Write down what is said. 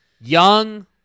young